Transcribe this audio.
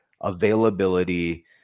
availability